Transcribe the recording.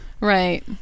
Right